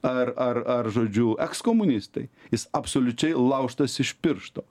ar ar ar žodžiu ekskomunistai jis absoliučiai laužtas iš piršto